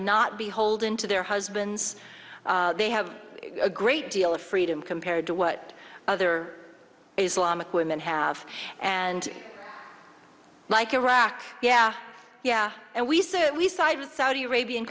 not beholden to their husbands they have a great deal of freedom compared to what other islamic women have and like iraq yeah yeah and we say we side with saudi arabia